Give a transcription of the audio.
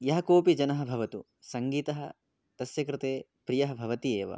यः कोऽपि जनः भवतु सङ्गीतः तस्य कृते प्रियः भवति एव